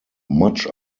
much